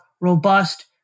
robust